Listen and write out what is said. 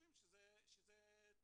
וחושבים שזה תקין.